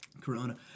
Corona